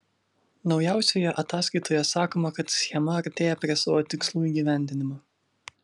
naujausioje ataskaitoje sakoma kad schema artėja prie savo tikslų įgyvendinimo